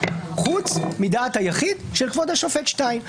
חוץ מדעת היחיד של כבוד השופט שטיין.